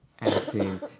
acting